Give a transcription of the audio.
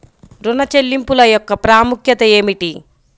ఋణ చెల్లింపుల యొక్క ప్రాముఖ్యత ఏమిటీ?